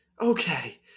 okay